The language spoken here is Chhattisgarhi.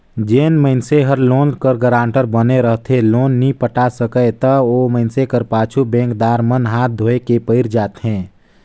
जेन मइनसे हर लोन कर गारंटर बने रहथे लोन नी पटा सकय ता ओ मइनसे कर पाछू बेंकदार मन हांथ धोए के पइर जाथें